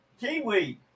Kiwi